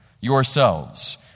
yourselves